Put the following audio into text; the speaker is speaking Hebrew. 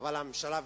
אבל הממשלה ויתרה?